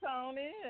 Tony